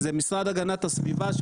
המשרד להגנת הסביבה,